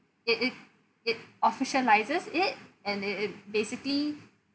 if it it officialise it and it it basically